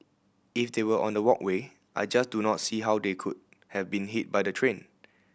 if they were on the walkway I just do not see how they could have been hit by the train